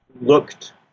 looked